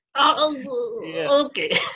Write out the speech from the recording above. okay